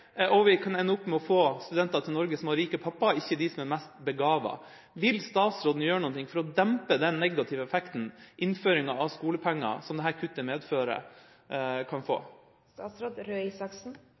og vi kan ende opp med å få de studentene til Norge som har rik pappa, ikke de som er mest begavet. Vil statsråden gjøre noe for å dempe den negative effekten innføringa av skolepenger som dette kuttet medfører, kan få?